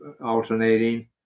alternating